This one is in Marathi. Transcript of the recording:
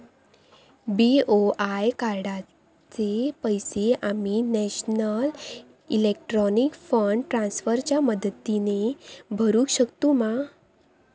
बी.ओ.आय कार्डाचे पैसे आम्ही नेशनल इलेक्ट्रॉनिक फंड ट्रान्स्फर च्या मदतीने भरुक शकतू मा?